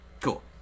Cool